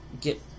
get